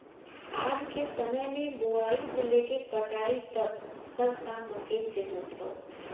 आज के समय में बोआई से लेके कटाई तक सब काम मशीन से होत हौ